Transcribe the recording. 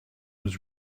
was